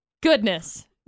goodness